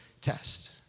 test